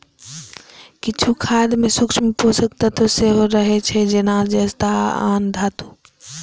किछु खाद मे सूक्ष्म पोषक तत्व सेहो रहै छै, जेना जस्ता आ आन धातु